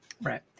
Right